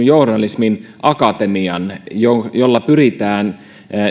journalismin akatemian jolla jolla pyritään